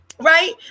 right